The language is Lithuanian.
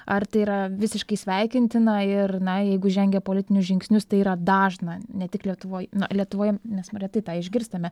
ar tai yra visiškai sveikintina ir na jeigu žengia politinius žingsnius tai yra dažna ne tik lietuvoj na lietuvoj mes retai tą išgirstame